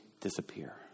disappear